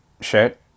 shirt